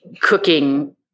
cooking